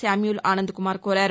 Samuel Anand Kumar కోరారు